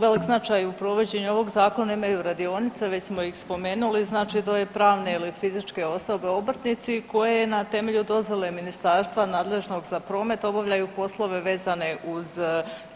Velik značaj u provođenju ovog zakon imaju radionice, već smo ih spomenuli, znači to je pravne ili fizičke osobe, obrtnici, koje na temelju dozvole ministarstva nadležnog za promet obavljaju poslove vezane uz